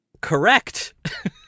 Correct